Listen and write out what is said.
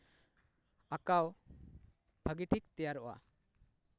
ᱟᱸᱠᱟᱣ ᱵᱷᱟᱹᱜᱤ ᱴᱷᱤᱠ ᱛᱮᱭᱟᱨᱚᱜᱼᱟ